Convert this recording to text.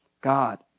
God